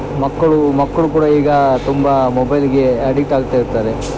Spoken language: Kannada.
ಮಕ್ಕಳು ಮಕ್ಕಳು ಕೂಡ ಈಗ ತುಂಬ ಮೊಬೈಲ್ಗೆ ಅಡಿಕ್ಟ್ ಆಗ್ತಾ ಇರ್ತಾರೆ